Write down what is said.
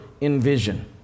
envision